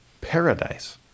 paradise